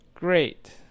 great